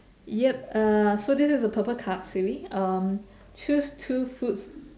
yup uh so this is a purple card silly um choose two foods